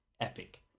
epic